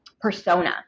persona